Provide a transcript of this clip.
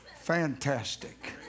Fantastic